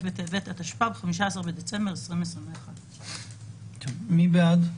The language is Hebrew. בטבת התשפ"ב (15 בדצמבר 2021)". מי בעד?